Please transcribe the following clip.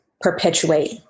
perpetuate